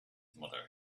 mother